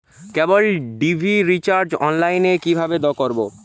কেবল TV recharge online এ কিভাবে করব?